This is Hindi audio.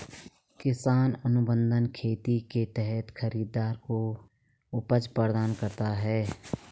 किसान अनुबंध खेती के तहत खरीदार को उपज प्रदान करता है